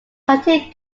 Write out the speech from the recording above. contain